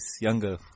younger